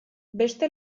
beste